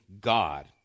God